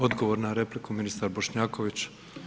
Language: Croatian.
Odgovor na repliku, ministar Bošnjaković.